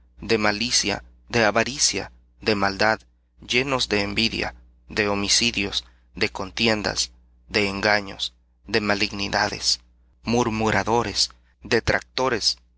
de malicia de avaricia de maldad llenos de envidia de homicidios de contiendas de engaños de malignidades murmuradores detractores aborrecedores de